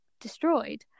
destroyed